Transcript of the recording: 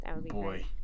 Boy